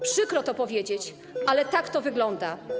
Przykro to powiedzieć, ale tak to wygląda.